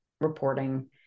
reporting